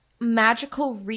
magical